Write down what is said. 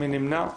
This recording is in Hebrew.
מי נמנע?